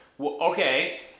Okay